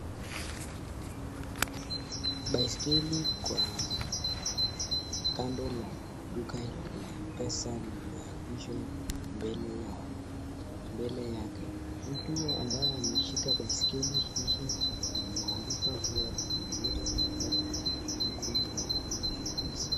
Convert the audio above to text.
Baskeli kwa kando la duka la mpesa limeekeshwa mbele yake mutu ambaye ameshika baskeli hii inamarifa kuwa anaweza kipata jukumu ya kuwa na mpesa.